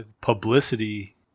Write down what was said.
publicity